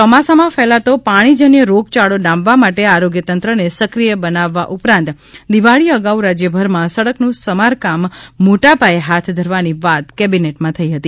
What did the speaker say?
યોમાસામાં ફેલાતો પાણીજન્ય રોગયાળો ડામવા માટે આરોગ્યતંત્રને સક્રીય બનાવવા ઉપરાંત દિવાળી અગાઉ રાજ્યભરમાં સડકનું સમારકામ મોટાપાયે હાથ ધરવાની વાત કેબિનેટમાં થઇ હતી